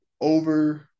over